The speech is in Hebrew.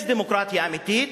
יש דמוקרטיה אמיתית,